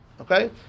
Okay